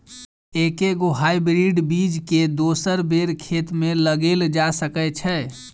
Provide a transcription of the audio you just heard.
एके गो हाइब्रिड बीज केँ दोसर बेर खेत मे लगैल जा सकय छै?